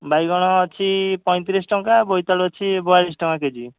ବାଇଗଣ ଅଛି ପଇଁତିରିଶ ଟଙ୍କା ବୋଇତାଳୁ ଅଛି ବଇଆଳିଶ ଟଙ୍କା କେ ଜି